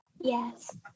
yes